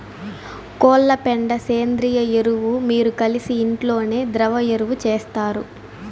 కోళ్ల పెండ సేంద్రియ ఎరువు మీరు కలిసి ఇంట్లోనే ద్రవ ఎరువు చేస్తారు